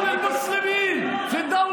(המוסלמים במדינה